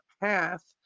path